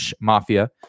Mafia